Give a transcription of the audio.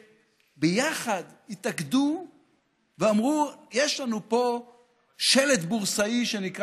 שביחד התאגדו ואמרו: יש לנו פה שלד בורסאי שנקרא